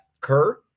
Kerr